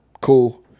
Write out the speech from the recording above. Cool